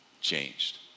changed